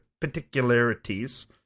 particularities